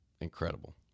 incredible